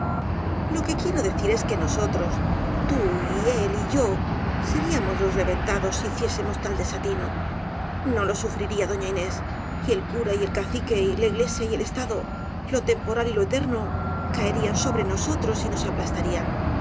lo que quiero decir es que nosotros tú él y yo seríamos los reventados si hiciésemos tal desa tino no lo sufriría doña inés y el cura y el caci que la iglesia y el estado lo temporal y lo eterno caerían sobre nosotros y nos aplastarían